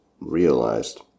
realized